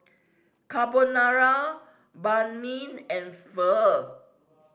Carbonara Banh Mi and Pho